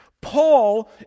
Paul